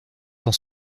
dans